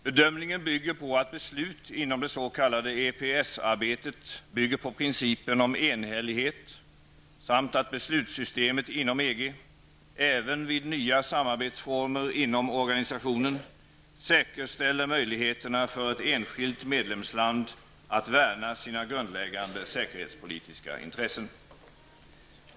Bedömningen bygger på att beslut inom det s.k. EPS-arbetet bygger på principen om enhällighet samt att beslutssystemet inom EG, även vid nya samarbetsformer inom organisationen, säkerställer möjligheterna för ett enskilt medlemsland att värna sina grundläggande säkerhetspolitiska intressen.